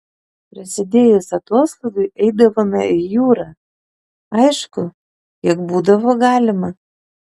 prasidėjus atoslūgiui eidavome į jūrą aišku kiek būdavo galima